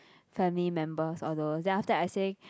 family members all those then after that I say